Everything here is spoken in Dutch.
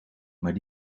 maar